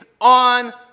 on